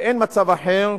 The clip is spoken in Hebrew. ואין מצב אחר",